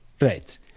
right